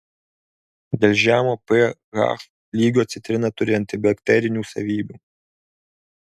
dėl žemo ph lygio citrina turi antibakterinių savybių